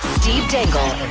steve dangle